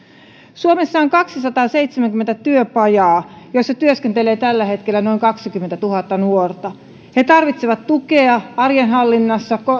suomessa on kaksisataaseitsemänkymmentä työpajaa joissa työskentelee tällä hetkellä noin kaksikymmentätuhatta nuorta he tarvitsevat tukea arjen hallinnassa